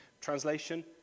Translation